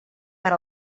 per